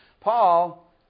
Paul